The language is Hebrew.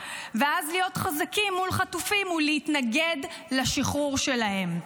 ואז להיות חזקים מול חטופים ולהתנגד לשחרור שלהם.